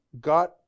got